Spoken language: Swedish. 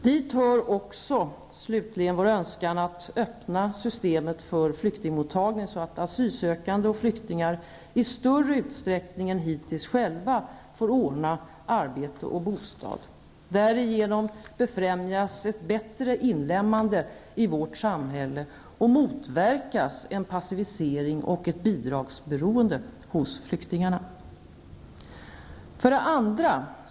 Dit hör också slutligen vår önskan att öppna systemet för flyktingmottagning så att asylsökande och flyktingar i större utsträckning än hittills själva får ordna arbete och bostad. Därigenom befrämjas ett bättre inlemmande i vårt samhälle och en passivisering och ett bidragsberoende hos flyktingarna motverkas.